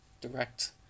direct